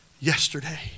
yesterday